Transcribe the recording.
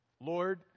Lord